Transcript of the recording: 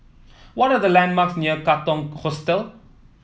what are the landmarks near Katong Hostel